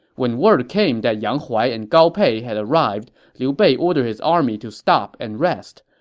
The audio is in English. when word came that yang huai and gao pei had arrived, liu bei ordered his army to stop and rest.